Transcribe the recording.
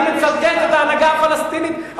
אני מצטט את ההנהגה הפלסטינית,